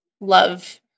love